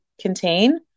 contain